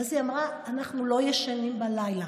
ואז היא אמרה: אנחנו לא ישנים בלילה,